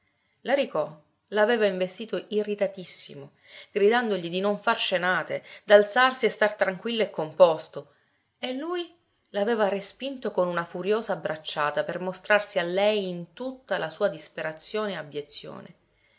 azzuffare l'aricò l'aveva investito irritatissimo gridandogli di non far scenate d'alzarsi e star tranquillo e composto e lui l'aveva respinto con una furiosa bracciata per mostrarsi a lei in tutta la sua disperazione e abiezione